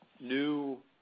new